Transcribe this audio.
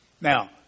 Now